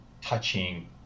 touching